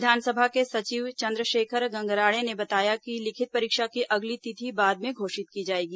विधानसभा के सचिव चंद्रशेखर गंगराड़े ने बताया कि लिखित परीक्षा की अगली तिथि बाद में घोषित की जाएगी